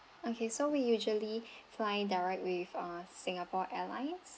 okay so we usually fly direct with uh singapore airlines